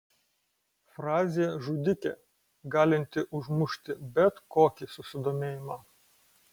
frazė žudikė galinti užmušti bet kokį susidomėjimą